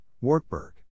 Wartburg